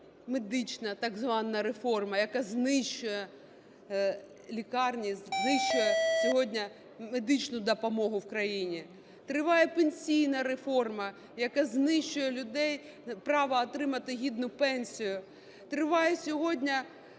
медична так звана реформа, яка знищує лікарні, знищує сьогодні медичну допомогу в країні, триває пенсійна реформа, яка знищує людей… право отримати гідну пенсію,